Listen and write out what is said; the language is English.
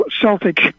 Celtic